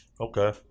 Okay